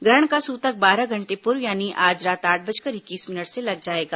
ग्रहण का सूतक बारह घंटे पूर्व यानी आज रात आठ बजकर इक्कीस मिनट से लग जाएगा